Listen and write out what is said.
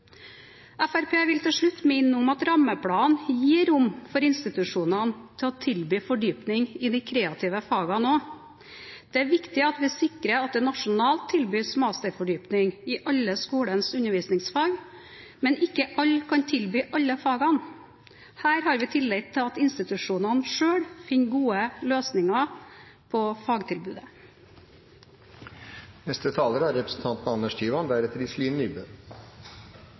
vil til slutt minne om at rammeplanen gir rom for institusjonene til å tilby fordypning i de kreative fagene også. Det er viktig at vi sikrer at det nasjonalt tilbys masterfordypning i alle skolens undervisningsfag, men ikke alle kan tilby alle fagene. Her har vi tillit til at institusjonene selv finner gode løsninger på fagtilbudet. Hvilken kompetanse trenger lærerne i framtidens skole? Hvilken kunnskap og hvilke erfaringer er